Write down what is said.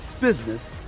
business